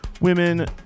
women